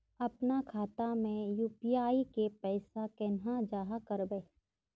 अपना खाता में यू.पी.आई के पैसा केना जाहा करबे?